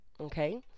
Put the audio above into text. okay